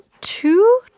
two